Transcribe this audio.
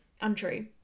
untrue